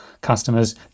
customers